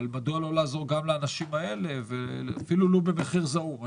אבל מדוע לא לעזור לאנשים האלה ואפילו לא במחיר זעום?